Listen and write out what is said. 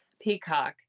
Peacock